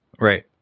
right